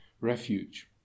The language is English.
refuge